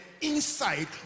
inside